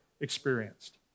experienced